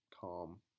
calm